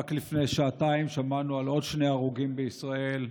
רק לפני שעתיים שמענו על עוד שני הרוגים בישראל.